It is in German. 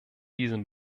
diesem